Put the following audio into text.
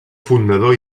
fundador